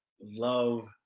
love